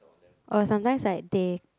uh sometimes like they